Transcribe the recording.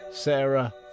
Sarah